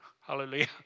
Hallelujah